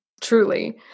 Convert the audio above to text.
Truly